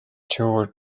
tour